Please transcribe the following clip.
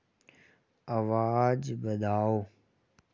अबाज बधाओ